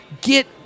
Get